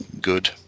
good